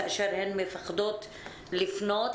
כאשר הן מפחדות לפנות,